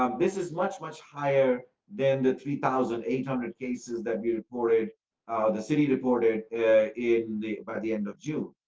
um this is much, much higher than the three thousand eight hundred cases that we reported the city reported in by the end of june.